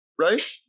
right